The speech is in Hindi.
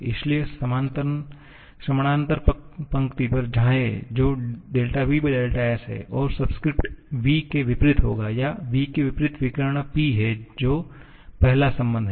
इसलिए समानांतर पंक्ति पर जाएं जोvs है और सबस्क्रिप्ट v के विपरीत होगा या v के विपरीत विकर्ण P है जो पहला संबंध है